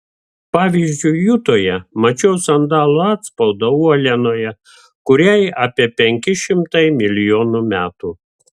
pavyzdžiui jutoje mačiau sandalo atspaudą uolienoje kuriai apie penki šimtai milijonų metų